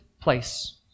place